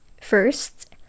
First